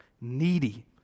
needy